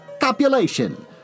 copulation